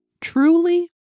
Truly